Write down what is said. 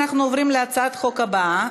אנחנו עוברים להצעת החוק הבאה,